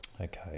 Okay